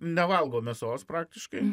nevalgo mėsos praktiškai